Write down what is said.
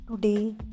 Today